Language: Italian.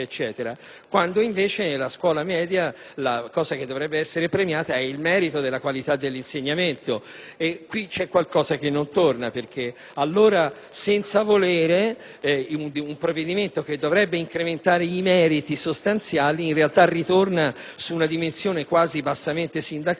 quando invece ciò che dovrebbe essere premiato è il merito della qualità dell'insegnamento. Qui c'è qualcosa che non torna, perché allora, senza volere, un provvedimento che dovrebbe incrementare i meriti sostanziali, in realtà ritorna su una dimensione quasi bassamente sindacale,